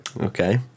Okay